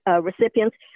recipients